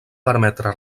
permetre